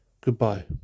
Goodbye